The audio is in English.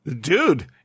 Dude